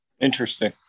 Interesting